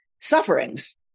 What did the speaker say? sufferings